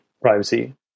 privacy